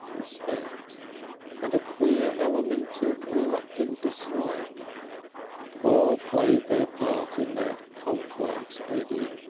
respect and a queer element of reluctant dislike all played their part in that complex eddy.